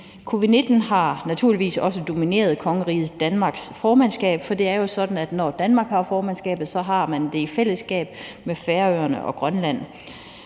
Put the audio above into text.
Covid-19 har naturligvis også domineret kongeriget Danmarks formandskab. Det er jo sådan, at når Danmark har formandskabet, har vi det i fællesskab med Færøerne og Grønland,